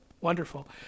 Wonderful